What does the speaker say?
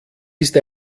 ist